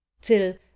till